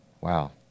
Wow